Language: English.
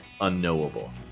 unknowable